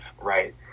right